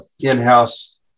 in-house